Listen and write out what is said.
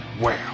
wow